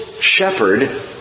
shepherd